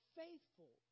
faithful